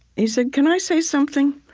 he said, can i say something?